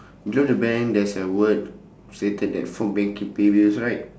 you know the bank there's a word stated that phone banking pay bills right